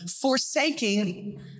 Forsaking